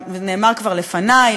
נאמר כבר לפני,